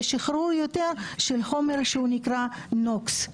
יש שחרור יותר של חומר שנקרא NOx,